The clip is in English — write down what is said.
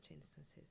instances